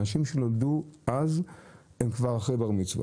אנשים שנולדו אז הם כבר אחרי בר-מצווה.